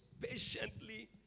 patiently